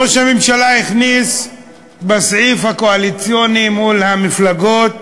ראש הממשלה הכניס בסעיף הקואליציוני מול המפלגות,